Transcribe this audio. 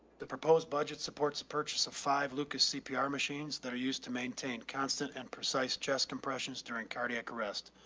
the proposed budget supports the purchase a five lucas cpr machines that are used to maintain constant and precise chest compressions during cardiac arrest.